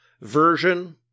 version